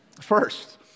First